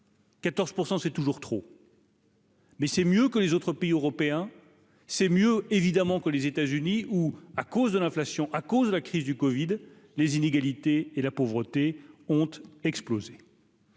14 %, c'est toujours trop. Mais c'est mieux que les autres pays européens, c'est mieux, évidemment, que les États-Unis, ou à cause de l'inflation, à cause de la crise du Covid les inégalités et la pauvreté honte exploser.